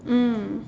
mm